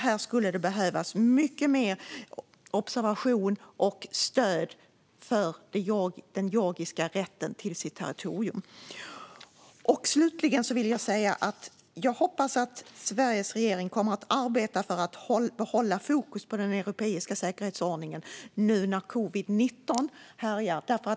Här skulle det behövas fler observatörer och stöd för Georgiens rätt till sitt territorium. Jag hoppas att Sveriges regering kommer att arbeta för att hålla fokus på den europeiska säkerhetsordningen nu när covid-19 härjar.